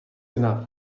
enough